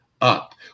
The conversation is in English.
up